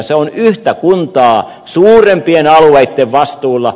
ne ovat yhtä kuntaa suurempien alueitten vastuulla